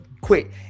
quick